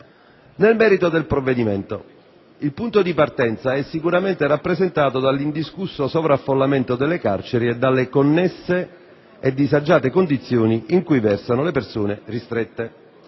Nel merito del provvedimento, il punto di partenza è sicuramente rappresentato dall'indiscusso sovraffollamento delle carceri e dalle connesse e disagiate condizioni in cui versano le persone ristrette.